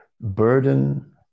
burden